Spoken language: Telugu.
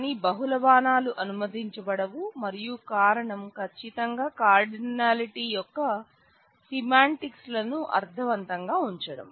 కానీ బహుళ బాణాలు అనుమతించబడవు మరియు కారణం ఖచ్చితంగా కార్డినాలిటీ యొక్క సిమాంటిక్స్ లను అర్ధవంతంగా ఉంచడం